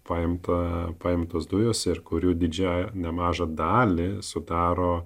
paimta paimtos dujos ir kurių didžiąja nemažą dalį sudaro